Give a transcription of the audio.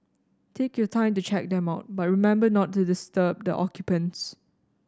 take your time to check them out but remember not to disturb the occupants